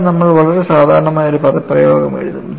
ഇവിടെ നമ്മൾ വളരെ സാധാരണമായ ഒരു പദപ്രയോഗം എഴുതും